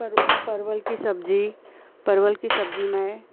पर परवल की सब्ज़ी परवल की सब्ज़ी मैं